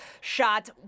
shot